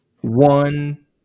one